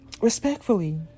Respectfully